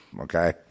Okay